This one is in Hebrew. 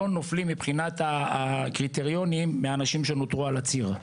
לא נופלים מבחינת הקריטריונים מהאנשים שנותרו על הציר.